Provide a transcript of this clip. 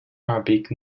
arabic